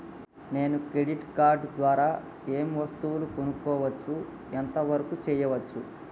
నేను credit card ద్వారా ఏం వస్తువులు కొనుక్కోవచ్చు ఎంత వరకు చేయవచ్చు?